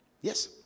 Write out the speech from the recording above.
Yes